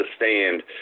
understand